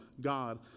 God